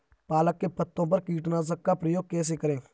पालक के पत्तों पर कीटनाशक का प्रयोग कैसे करें?